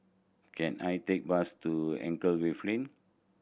can I take bus to Anchorvale Lane